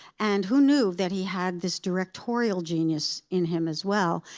and who knew that he had this directorial genius in him as well?